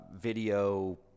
video